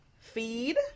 Feed